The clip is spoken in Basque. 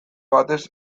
batez